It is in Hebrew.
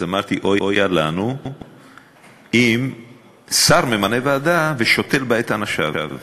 אז אמרתי: אויה לנו אם שר ממנה ועדה ושותל בה את אנשיו.